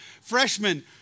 freshmen